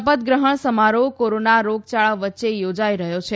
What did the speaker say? શપથ ગ્રહણ સમારોહ કોરોના રોગયાળા વચ્ચે યોજાઇ રહયો છે